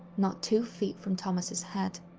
not two feet from thomas' head.